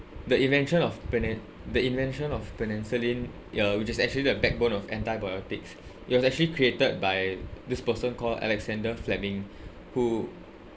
the invention of peni~ the invention of penicillin uh which is actually the backbone of antibiotics it was actually created by this person called alexander fleming who